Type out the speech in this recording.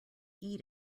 eat